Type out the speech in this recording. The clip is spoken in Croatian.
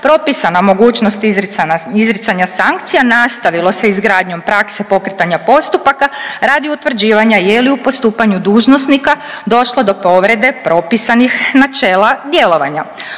propisana mogućnost izricanja sankcija nastavilo sa izgradnjom prakse pokretanja postupaka radi utvrđivanja je li u postupanju dužnosnika došlo do povrede propisanih načela djelovanja.